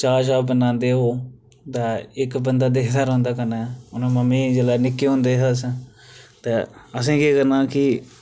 चाऽ शा बनांदे ओह् ते इक्क बंदा दिखदा रौहंदा कन्नै उन्नै मम्मी जिल्लै निक्के होंदे हे अस ते असें केह् करना कि